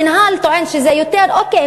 המינהל טוען שזה יותר אוקיי,